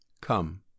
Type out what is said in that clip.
Come